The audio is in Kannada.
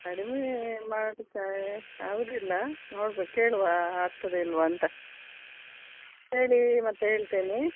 ಕಡಿಮೆ ಮಾಡೋಕೆ ಆಗೋದಿಲ್ಲ ನೋಡ್ಬೇಕು ಕೇಳುವಾ ಆಗ್ತದೆ ಇಲ್ಲವಾ ಅಂತ ಕೇಳಿ ಮತ್ತೆ ಹೇಳ್ತೇನೆ